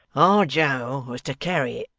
our joe was to carry it,